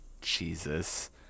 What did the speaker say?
Jesus